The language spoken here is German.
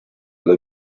alle